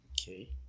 Okay